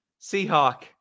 Seahawk